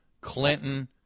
Clinton